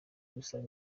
gusaba